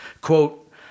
Quote